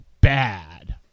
bad